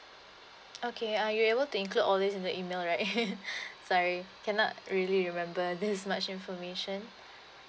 okay uh you are able to include all this in the email right sorry cannot really remember this much information